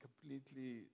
completely